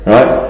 Right